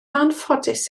anffodus